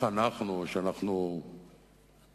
נגיד, לדוד